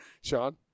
Sean